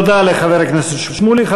תודה לחבר הכנסת שמולי.